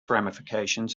ramifications